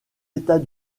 états